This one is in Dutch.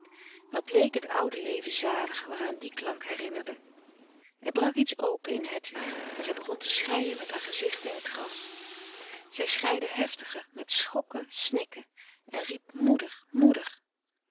wat leek het oude leven zalig waaraan die klank herinnerde er brak iets open in hedwig en zij begon te schreien met haar gezicht in het gras zij schreide heftiger met schokkend snikken en riep moeder moeder